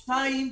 שניים,